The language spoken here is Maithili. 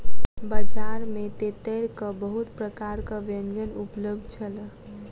बजार में तेतैरक बहुत प्रकारक व्यंजन उपलब्ध छल